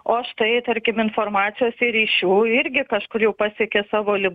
o štai tarkim informacijos ir ryšių irgi kažkur jau pasiekė savo